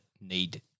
need